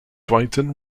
brighton